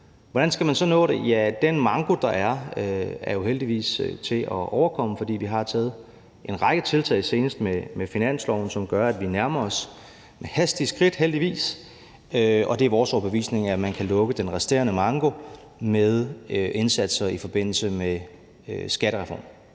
Hvordan skal man så nå det? Ja, den manko, der er, er heldigvis til at overkomme, fordi vi har taget en række tiltag senest med finansloven, som gør, at vi nærmer os med hastige skridt, heldigvis. Og det er vores overbevisning, at man kan lukke den resterende manko med indsatser i forbindelse med skattereformen.